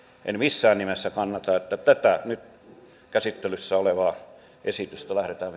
en missään nimessä kannata että tätä nyt käsittelyssä olevaa esitystä lähdetään